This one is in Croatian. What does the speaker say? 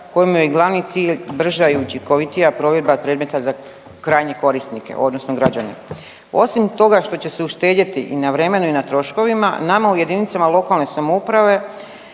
kojemu je glavni cilj brža i učinkovitija provedba predmeta za krajnje korisnike, odnosno građane. Osim toga što će se uštedjeti i na vremenu i na troškovima nama u jedinicama lokalne samouprave